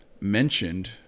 mentioned